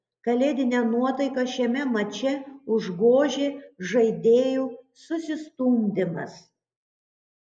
kalėdinę nuotaiką šiame mače užgožė žaidėjų susistumdymas